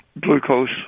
glucose